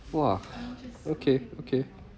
!wah! okay okay